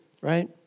Right